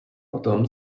potom